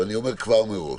אני אומר כבר מראש,